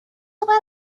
about